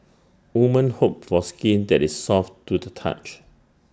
woman hope for skin that is soft to the touch